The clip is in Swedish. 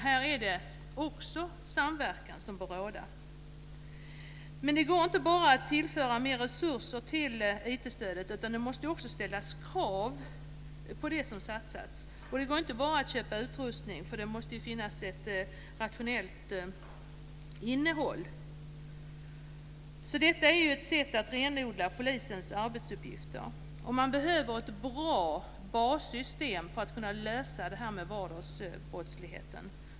Här är det också samverkan som bör råda. Men det går inte bara att tillföra mer resurser till IT-stödet. Det måste också ställas krav på det som satsas. Det går inte bara att köpa utrustning. Det måste också finnas ett rationellt innehåll. Detta är ett sätt att renodla polisens arbetsuppgifter. Man behöver ett bra bassystem för att kunna klara vardagsbrottsligheten.